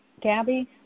Gabby